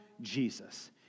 Jesus